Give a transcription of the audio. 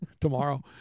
Tomorrow